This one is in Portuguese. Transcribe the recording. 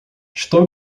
estou